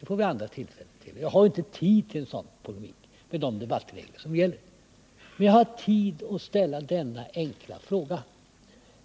Det blir andra tillfällen att göra det, och jag har inte tid till en sådan polemik med de debattregler som gäller. Men jag har tid att ställa denna enkla fråga: